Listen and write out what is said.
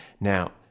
now